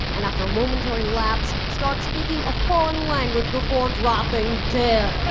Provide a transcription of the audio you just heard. and after a momentary lapse starts speaking a foreign language before dropping dead.